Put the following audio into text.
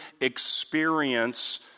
experience